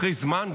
אחרי זמן,